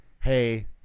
hey